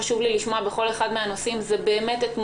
חשוב לי לשמוע בכל אחד מן הנושאים את תמונת